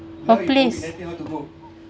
a place